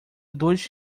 dois